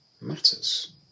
matters